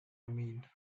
mean